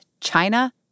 China